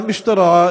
המשטרה,